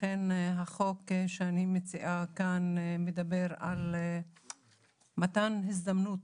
אכן החוק שאני מציעה כאן מדבר על מתן הזדמנות